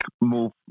move